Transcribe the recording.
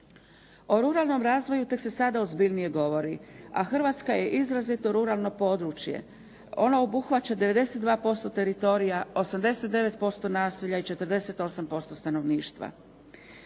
O ruralnom razvoju tek se sada ozbiljnije govori a Hrvatska je izrazito ruralno područje. Ona obuhvaća 92% teritorija, 89% nasilja i 48% stanovništva.